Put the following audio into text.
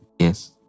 Yes